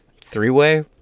three-way